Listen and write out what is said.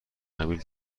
قبیل